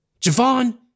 Javon